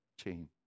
chain